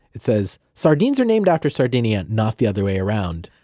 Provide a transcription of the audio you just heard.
it says, sardines are named after sardinia not the other way around.